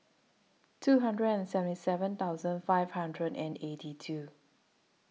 two hundred and seventy seven thousand five hundred and eighty two